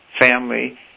family